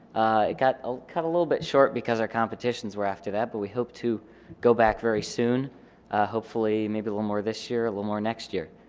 got ah cut a little bit short because our competitions were after that but we hope to go back very soon hopefully maybe a little more this year a little more next year.